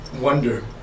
wonder